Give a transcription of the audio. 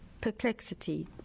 perplexity